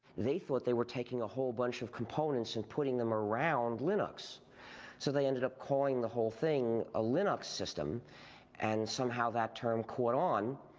they thought they were taking a whole bunch of components putting them around linux so they ended up calling the whole thing a linux system and somehow that term caught on.